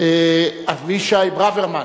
אבישי ברוורמן,